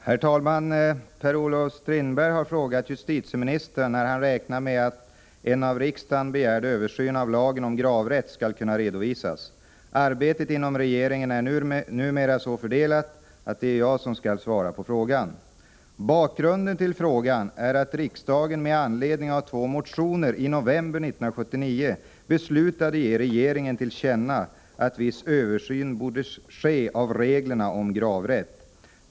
Herr talman! Per-Olof Strindberg har frågat justitieministern när han räknar med att en av riksdagen begärd översyn av lagen om gravrätt skall kunna redovisas. Arbetet inom regeringen är numera så fördelat att det är jag som skall svara på frågan. Bakgrunden till frågan är att riksdagen med anledning av två motioner i november 1979 beslutade ge regeringen till känna att viss översyn borde ske av reglerna om gravrätt.